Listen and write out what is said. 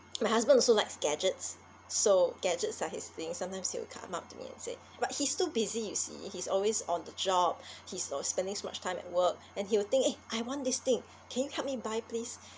my husband also likes gadgets so gadgets are his thing sometimes he would come up to me and said but he still busy you see he's always on the job he's always spending so much time at work and he would think eh I want this thing can you help me buy please